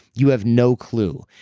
you have no clue.